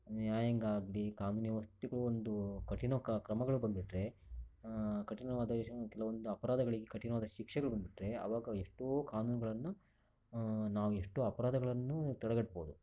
ನ್ಯಾಯಾಂಗ ಆಗಲಿ ಕಾನೂನು ವ್ಯವಸ್ಥೆಗೂ ಒಂದು ಕಠಿಣ ಕ ಕ್ರಮಗಳು ಬಂದ್ಬಿಟ್ರೆ ಕಠಿಣವಾದ ಎಷ್ಟೊಂದು ಕೆಲವೊಂದು ಅಪರಾಧಗಳಿಗೆ ಕಠಿಣವಾದ ಶಿಕ್ಷೆಗಳು ಬಂದ್ಬಿಟ್ರೆ ಆವಾಗ ಎಷ್ಟೋ ಕಾನೂನುಗಳನ್ನು ನಾವು ಎಷ್ಟೋ ಅಪರಾಧಗಳನ್ನು ತಡೆಗಟ್ಬಹುದು